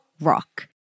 rock